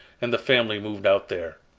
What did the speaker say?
and the family moved out there.